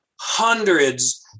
hundreds